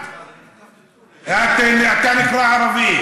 מה פתאום אף אחד?